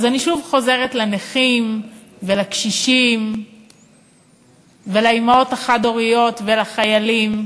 אז אני שוב חוזרת לנכים ולקשישים ולאימהות החד-הוריות ולחיילים,